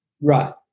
Right